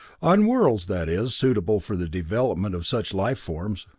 on worlds, that is, suitable for the development of such life forms.